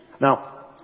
Now